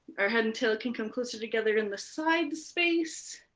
our head and tail can come closer together in the side space